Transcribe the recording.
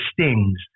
stings